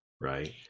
right